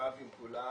רב עם כולם,